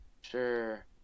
Sure